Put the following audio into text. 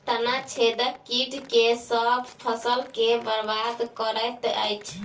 तना छेदक कीट केँ सँ फसल केँ बरबाद करैत अछि?